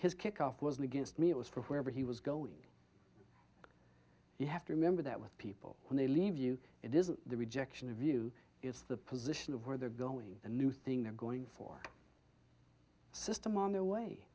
his kick off was against me it was for wherever he was going you have to remember that with people when they leave you it isn't the rejection of you it's the position of where they're going the new thing they're going for system on their way